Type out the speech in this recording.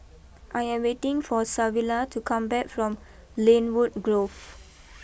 I am waiting for Savilla to come back from Lynwood Grove